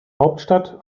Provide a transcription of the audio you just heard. hauptstadt